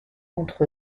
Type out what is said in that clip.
entre